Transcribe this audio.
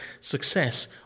success